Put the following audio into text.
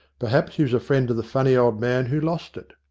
perhaps he was a friend of the funny old man who lost it.